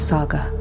Saga